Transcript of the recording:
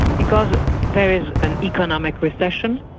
because there is an economic recession,